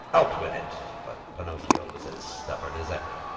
out with it! but pinocchio was as stubborn as ever.